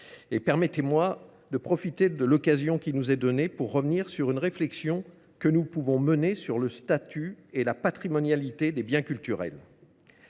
et permettez-moi de profiter de l'occasion qui nous est donnée pour revenir sur une réflexion que nous pouvons mener sur le statut et la patrimonialité des biens culturels.